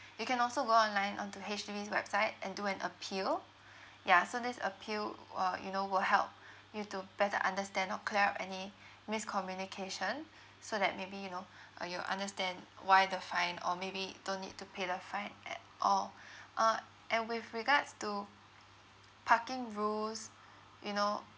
you can also go online onto H_D_B's website and do an appeal ya so this appeal uh you know will help you to better understand or clear out any miscommunication so that maybe you know uh you understand why the fine or maybe don't need to pay the fine at all uh and with regards to parking rules you know